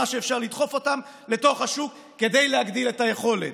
שאפשר לדחוף אותם לתוך השוק כדי להגדיל את היכולת.